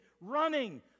running